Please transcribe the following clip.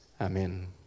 amen